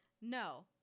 No